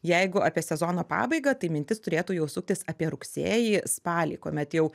jeigu apie sezono pabaigą tai mintis turėtų jau suktis apie rugsėjį spalį kuomet jau